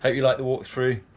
you like the walkthrough,